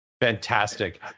Fantastic